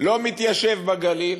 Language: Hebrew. לא מתיישב בגליל,